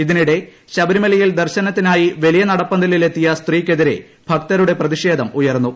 ഇതിനിടെ ശബരിമലയിൽ ദർശനത്തിനായി വലിയ നടപ്പന്തലിൽ എത്തിയ സ്ത്രീയ്ക്കെതിരെ ഭക്തരുടെ പ്രതിഷേധം ഉയർന്നു